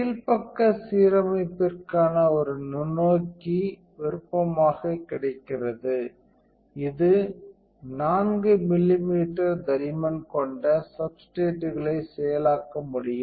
கீழ் பக்க சீரமைப்பிற்கான ஒரு நுண்ணோக்கி விருப்பமாக கிடைக்கிறது இது 4 மில்லிமீட்டர் தடிமன் கொண்ட சப்ஸ்டேர்ட்களை செயலாக்க முடியும்